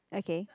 okay